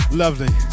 lovely